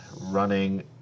running